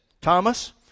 Thomas